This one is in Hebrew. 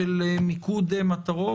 של מיקוד מטרות,